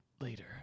later